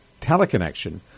teleconnection